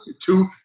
two